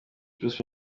bruce